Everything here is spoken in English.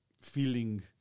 feeling